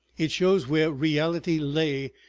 it shows where reality lay,